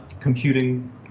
computing